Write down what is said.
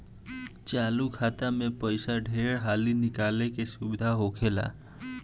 चालु खाता मे पइसा ढेर हाली निकाले के सुविधा होला